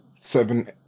seven